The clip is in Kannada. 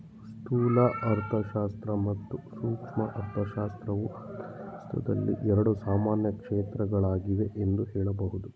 ಸ್ಥೂಲ ಅರ್ಥಶಾಸ್ತ್ರ ಮತ್ತು ಸೂಕ್ಷ್ಮ ಅರ್ಥಶಾಸ್ತ್ರವು ಅರ್ಥಶಾಸ್ತ್ರದಲ್ಲಿ ಎರಡು ಸಾಮಾನ್ಯ ಕ್ಷೇತ್ರಗಳಾಗಿವೆ ಎಂದು ಹೇಳಬಹುದು